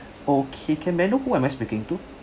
okay can may I know who am I speaking to